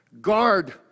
Guard